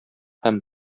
һәм